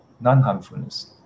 non-harmfulness